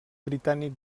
britànic